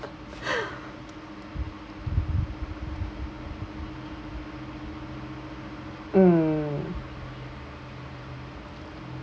mm